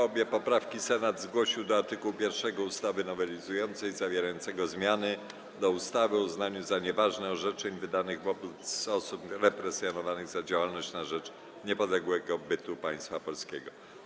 Obie poprawki Senat zgłosił do art. 1 ustawy nowelizującej zawierającego zmiany do ustawy o uznaniu za nieważne orzeczeń wydanych wobec osób represjonowanych za działalność na rzecz niepodległego bytu Państwa Polskiego.